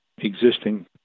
existing